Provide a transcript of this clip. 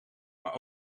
maar